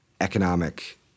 economic